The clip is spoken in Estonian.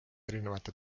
erinevate